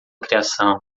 criação